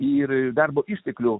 ir darbo išteklių